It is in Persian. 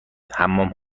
حمام